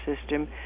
system